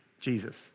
Jesus